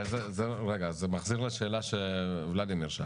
אבל זה מחזיר לשאלה שוולדימיר שאל,